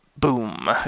boom